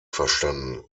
verstanden